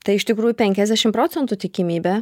tai iš tikrųjų penkiasdešimt procentų tikimybė